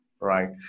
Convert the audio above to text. right